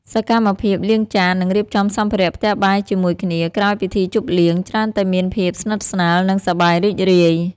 សកម្មភាពលាងចាន និងរៀបចំសម្ភារៈផ្ទះបាយជាមួយគ្នាក្រោយពិធីជប់លៀង ច្រើនតែមានភាពស្និទ្ធស្នាល និងសប្បាយរីករាយ។